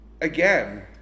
Again